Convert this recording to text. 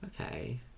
Okay